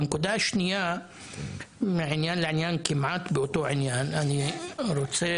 הנקודה השנייה - כמעט באותו עניין - אני רוצה